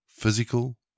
physical